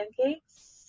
pancakes